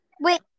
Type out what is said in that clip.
wait